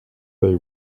they